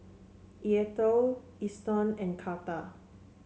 Eathel Eston and Carter